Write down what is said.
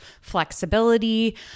flexibility